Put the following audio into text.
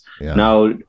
now